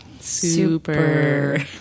Super